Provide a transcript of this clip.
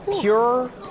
pure